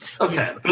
Okay